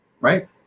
right